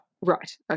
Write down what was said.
Right